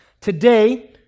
Today